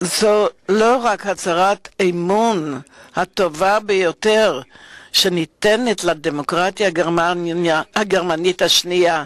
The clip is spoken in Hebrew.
זו לא רק הצהרת האמון הטובה ביותר שניתנת לדמוקרטיה הגרמנית השנייה.